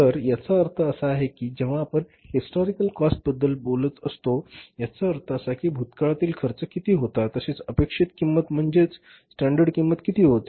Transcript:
तर याचा अर्थ असा आहे की जेव्हा आपण हिस्टोरिकल कॉस्टबद्दल बोलत असतो याचा अर्थ असा की भूतकाळातील खर्च किती होता तसेच अपेक्षित किंमत म्हणजेच सॅन्डर्ड किंमत किती होती